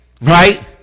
Right